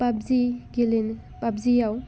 पाबजियाव